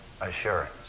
assurance